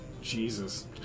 Jesus